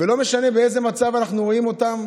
ולא משנה באיזה מצב אנחנו רואים אותם.